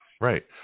Right